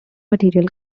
material